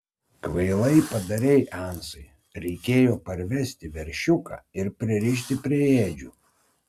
kvailai padarei ansai reikėjo parvesti veršiuką ir pririšti prie ėdžių